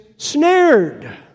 snared